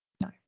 No